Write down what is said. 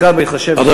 בעיקר בהתחשב,